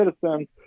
citizens